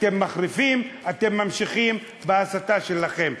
אתם מחריפים, אתם ממשיכים בהסתה שלכם.